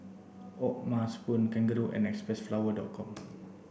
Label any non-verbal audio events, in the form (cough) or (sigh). O'ma spoon Kangaroo and Xpressflower dot com (noise)